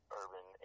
urban